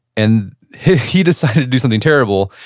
and he decided to do something terrible,